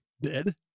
dead